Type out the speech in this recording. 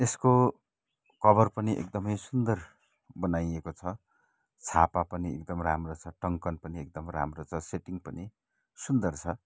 यसको कभर पनि एकदमै सुन्दर बनाइएको छ छापा पनि एकदम राम्रो छ टङ्कन पनि एकदम राम्रो छ सेटिङ पनि सुन्दर छ